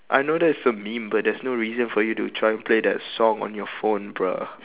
I know that's a meme but there is no reason for you to try and play that song on your phone bruh